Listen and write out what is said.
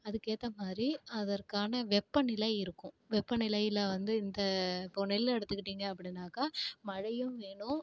அதுக்கு ஏற்ற மாதிரி அதற்கான வெப்பநிலை இருக்கும் வெப்பநிலையில் வந்து இந்த இப்போது நெல் எடுத்துக்கிட்டீங்க அப்படினாக்கா மழையும் வேணும்